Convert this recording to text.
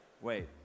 wait